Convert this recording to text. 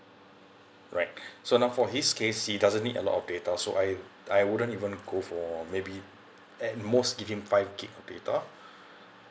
right so now for his case he doesn't need a lot of data so I I wouldn't even go for maybe at most give him five gigabyte of data